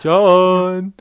John